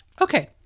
Okay